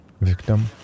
victim